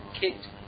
kicked